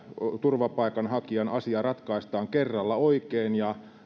turvapaikanhakijan asia ratkaistaan kerralla oikein ja